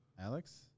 Alex